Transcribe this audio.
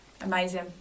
Amazing